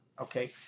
Okay